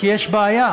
כי יש בעיה,